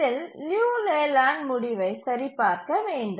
இதில் லியு லேலேண்ட் முடிவை சரிபார்க்க வேண்டும்